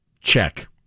Check